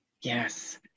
Yes